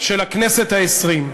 של הכנסת העשרים.